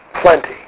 plenty